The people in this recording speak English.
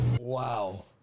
wow